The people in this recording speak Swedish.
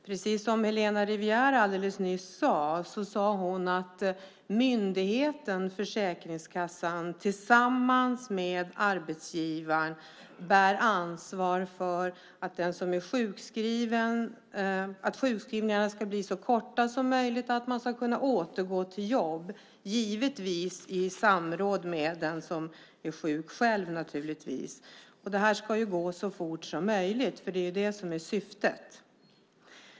Precis som Helena Rivière nyss sade bär myndigheten Försäkringskassan tillsammans med arbetsgivaren ansvar för att sjukskrivningarna ska bli så korta som möjligt och att den sjukskrivne ska kunna återgå till jobb. Detta ska givetvis ske i samråd med den som är sjuk. Detta ska gå så fort som möjligt; det är syftet.